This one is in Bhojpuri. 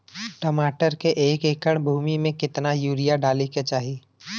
टमाटर के एक एकड़ भूमि मे कितना यूरिया डाले के चाही?